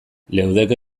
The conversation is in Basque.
leudeke